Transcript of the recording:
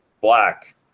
black